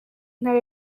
ntara